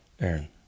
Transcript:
Aaron